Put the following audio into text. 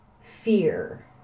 fear